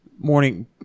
morning